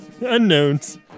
Unknowns